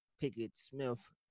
Pickett-Smith